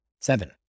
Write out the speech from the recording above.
Seven